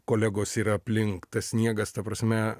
kolegos ir aplink tas sniegas ta prasme